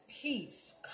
peace